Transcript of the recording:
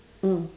mm